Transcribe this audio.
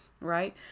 Right